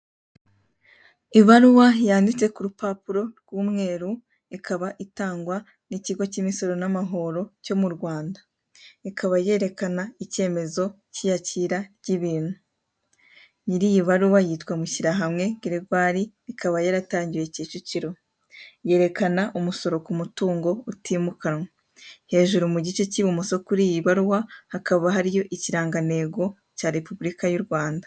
Ibaruwa yanditse ku rupapuro rw'umweru, ikaba itangwa n'ikigo cy'imisoro n'amahoro cyo mu Rwanda. Ikaba yerekana icyemezo cy'iyakira ry'ibintu. Nyiri iyi baruwa yitwa Mushyirahamwe Geregwari ikaba yaratangiwe Kicukiro. Yerekana umusoro ku mutungo utimukanwa. Hejuru mu gice cy'ibumoso kuri iyi baruwa hakaba hariyo ikirangantego cya Repubulika y'u Rwanda.